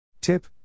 Tip